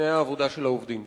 לתנאי העבודה של העובדים.